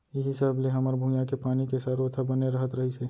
इहीं सब ले हमर भुंइया के पानी के सरोत ह बने रहत रहिस हे